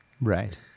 Right